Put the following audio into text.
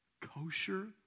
kosher